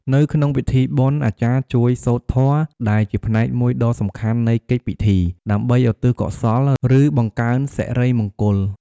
នៅក្នុងពិធីបុណ្យ អាចារ្យជួយ សូត្រធម៌ ដែលជាផ្នែកមួយដ៏សំខាន់នៃកិច្ចពិធី ដើម្បីឧទ្ទិសកុសល ឬបង្កើនសិរីមង្គល។